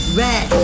red